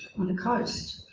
on the coast